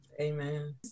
amen